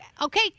okay